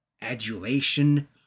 adulation